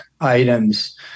items